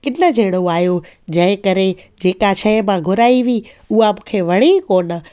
किन जेड़ो आयो जंहिं करे जेका शइ मां घुराई हुई उहा मूंखे वणे ई कोन